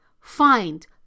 find